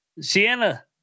Sienna